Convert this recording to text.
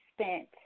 spent